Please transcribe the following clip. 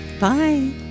Bye